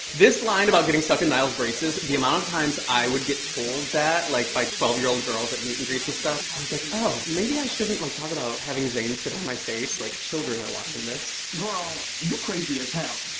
this line about getting stuck in niall's braces, the amount of times i would get told that, like by twelve year old girls at meet and greets and stuff. i was like, oh, maybe i shouldn't like talk about having zayn sit on my face. like, children are watching this. girl, you crazy as hell.